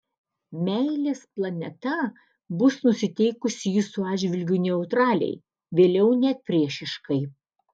meilės planeta bus nusiteikusi jūsų atžvilgiu neutraliai vėliau net priešiškai